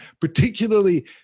particularly